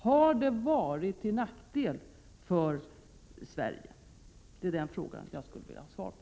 Har domstolsutslagen varit till nackdel för Sverige? Det är den frågan jag skulle vilja ha svar på.